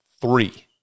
three